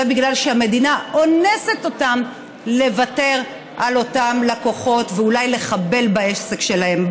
זה בגלל שהמדינה אונסת אותן לוותר על אותם לקוחות ואולי לחבל בעסק שלהן.